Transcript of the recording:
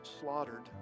slaughtered